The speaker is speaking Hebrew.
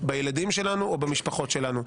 בילדים שלנו או במשפחות שלנו.